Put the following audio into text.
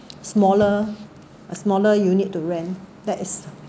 smaller a smaller unit to rent that is